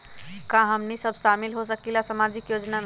का हमनी साब शामिल होसकीला सामाजिक योजना मे?